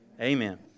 Amen